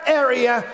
area